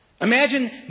Imagine